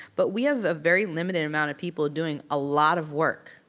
but we have a very limited amount of people doing a lot of work.